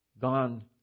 gone